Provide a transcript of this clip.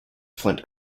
flint